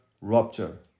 rupture